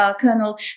Colonel